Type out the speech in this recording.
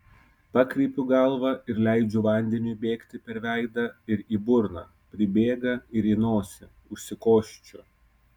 pakreipiu galvą ir leidžiu vandeniui bėgti per veidą ir į burną pribėga ir į nosį užsikosčiu